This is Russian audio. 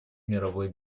мировой